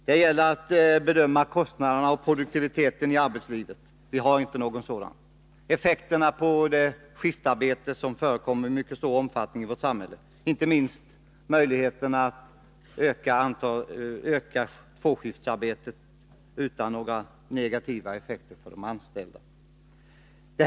Det gäller att bedöma kostnaderna och produktiviteten i arbetslivet. Vi har inte någon sådan bedömning. Detsamma gäller beträffande effekterna på det skiftarbete som förekommer i mycket stor omfattning i vårt samhälle och, inte minst, möjligheterna att öka tvåskiftsarbetet utan några negativa effekter för de anställda.